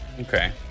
Okay